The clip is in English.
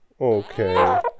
Okay